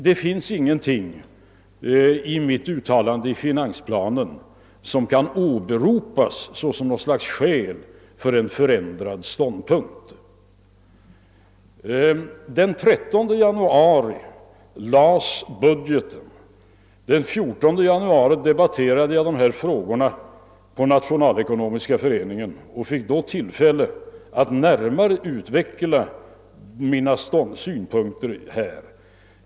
Det finns ingenting i mitt uttalande i finansplanen som kan åberopas som något slags bevis för en förändrad ståndpunkt. Den 13 januari framlades budgeten och den 14 debatterade jag dessa frågor i Nationalekonomiska föreningen och fick då anledning att närmare utveckla mina synpunkter härvidlag.